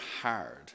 hard